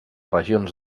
regions